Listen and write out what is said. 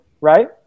right